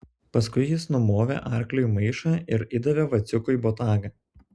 paskui jis numovė arkliui maišą ir įdavė vaciukui botagą